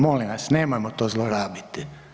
Molim vas nemojmo to zlorabiti.